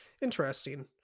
interesting